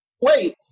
wait